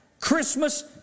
Christmas